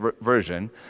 version